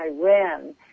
Iran